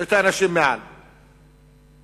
את האנשים מעל קו העוני.